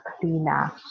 cleaner